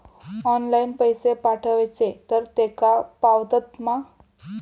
Online पैसे पाठवचे तर तेका पावतत मा?